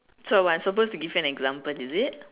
so what I'm suppose to give you an example is it